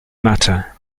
matter